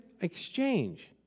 exchange